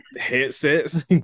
headsets